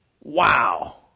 Wow